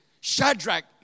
Shadrach